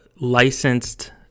licensed